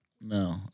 No